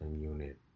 unit